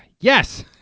Yes